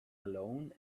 alone